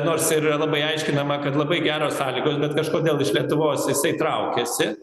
nors yra labai aiškinama kad labai geros sąlygos bet kažkodėl iš lietuvos jisai traukiasi